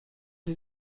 sie